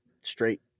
straight